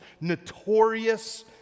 notorious